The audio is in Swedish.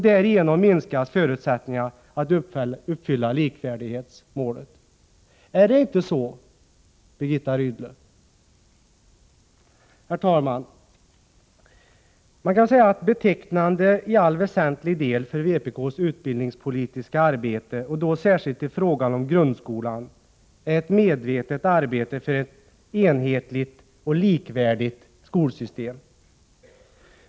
Därigenom minskas förutsättningarna för att man skall kunna uppfylla likvärdighetsmålet. Är det inte på detta sätt, Birgitta Rydle? Herr talman! Betecknande för vpk:s utbildningspolitiska arbete, och då särskilt när det gäller grundskolan, är en medveten satsning på ett enhetligt och likvärdigt skolsystem.